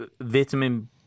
vitamin